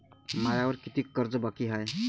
मायावर कितीक कर्ज बाकी हाय?